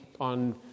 on